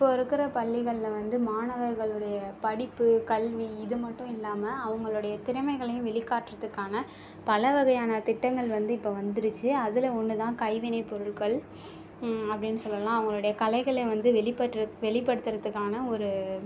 இப்போது இருக்கிற பள்ளிகளில் வந்து மாணவர்களுடைய படிப்பு கல்வி இது மட்டும் இல்லாமல் அவங்களோடைய திறமைகளையும் வெளி காட்டுறதுக்கான பல வகையான திட்டங்கள் வந்து இப்போ வந்துடுச்சி அதில் ஒன்றுதான் கைவினைப் பொருட்கள் அப்படின்னு சொல்லலாம் அவங்களுடைய கலைகளை வந்து வெளிபட்ற வெளிப்படுத்துகிறதுக்கான ஒரு